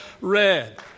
Red